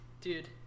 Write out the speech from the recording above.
Dude